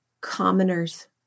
commoners